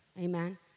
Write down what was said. Amen